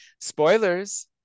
Spoilers